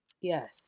Yes